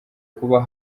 kuba